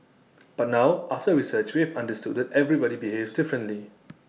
but now after research we have understood that everybody behaves differently